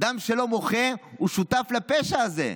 אדם שלא מוחה הוא שותף לפשע הזה.